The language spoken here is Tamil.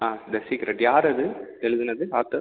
ஆ த சீக்ரெட் யார் அது எழுதினது ஆத்தர்